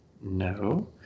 no